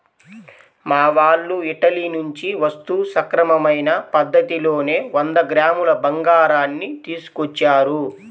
మా వాళ్ళు ఇటలీ నుంచి వస్తూ సక్రమమైన పద్ధతిలోనే వంద గ్రాముల బంగారాన్ని తీసుకొచ్చారు